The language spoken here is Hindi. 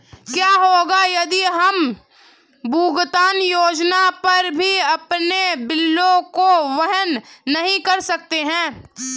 क्या होगा यदि हम भुगतान योजना पर भी अपने बिलों को वहन नहीं कर सकते हैं?